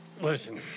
listen